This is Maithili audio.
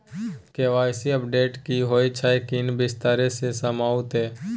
के.वाई.सी अपडेट की होय छै किन्ने विस्तार से समझाऊ ते?